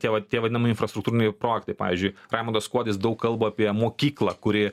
tie vat tie vadinami infrastruktūriniai projektai pavyzdžiui raimundas kuodis daug kalba apie mokyklą kuri